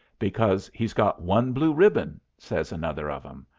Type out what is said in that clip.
because he's got one blue ribbon! says another of em.